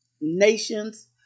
nations